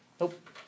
Nope